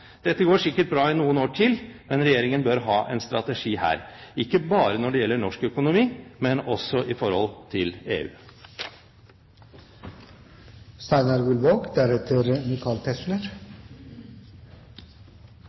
Dette går sikkert bra i noen år til, men Regjeringen bør ha en strategi her – ikke bare når det gjelder norsk økonomi, men også i forhold til